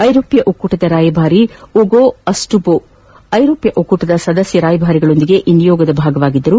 ಐರೋಷ್ನ ಒಕ್ಕೂಟದ ರಾಯಭಾರಿ Ugo Astuto ಅವರು ಐರೋಷ್ನ ಒಕ್ಕೂಟದ ಸದಸ್ಯ ರಾಯಭಾರಿಗಳೊಂದಿಗೆ ಈ ನಿಯೋಗದ ಭಾಗವಾಗಿದ್ದರು